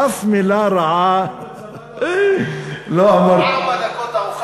אף מילה רעה לא אמרתי.